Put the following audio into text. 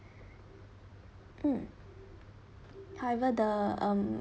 mm however the um